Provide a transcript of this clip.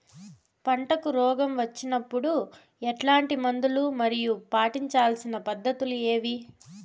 పంటకు రోగం వచ్చినప్పుడు ఎట్లాంటి మందులు మరియు పాటించాల్సిన పద్ధతులు ఏవి?